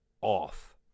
off